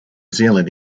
zealand